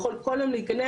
אם אתמול הפקידו לו,